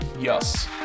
Yes